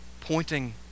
pointing